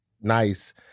nice